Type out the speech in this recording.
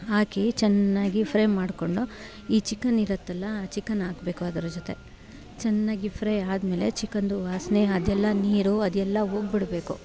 ಹಾಕಿ ಚೆನ್ನಾಗಿ ಫ್ರೈ ಮಾಡ್ಕೊಂಡು ಈ ಚಿಕನ್ ಇರುತ್ತೆಲ್ಲ ಚಿಕನ್ ಹಾಕಬೇಕು ಅದರ ಜೊತೆ ಚೆನ್ನಾಗಿ ಫ್ರೈ ಆದಮೇಲೆ ಚಿಕನ್ದು ವಾಸನೆ ಅದೆಲ್ಲ ನೀರು ಅದೆಲ್ಲ ಹೋಗ್ಬಿಡ್ಬೇಕು